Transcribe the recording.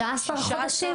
16 חודשים?